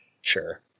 Sure